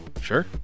Sure